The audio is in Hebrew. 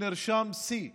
שיא